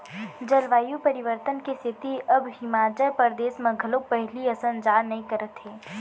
जलवायु परिवर्तन के सेती अब हिमाचल परदेस म घलोक पहिली असन जाड़ नइ करत हे